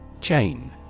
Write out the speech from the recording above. Chain